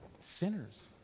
sinners